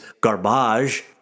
garbage